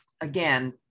again